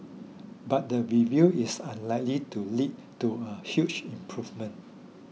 but the review is unlikely to lead to a huge improvement